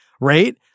right